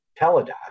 Teladoc